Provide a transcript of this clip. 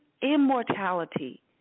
immortality